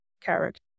character